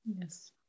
Yes